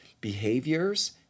behaviors